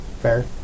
fair